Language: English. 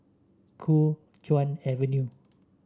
Kuo Chuan Avenue